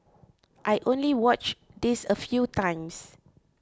I only watched this a few times